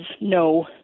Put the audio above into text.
no